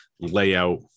layout